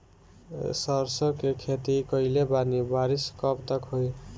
सरसों के खेती कईले बानी बारिश कब तक होई?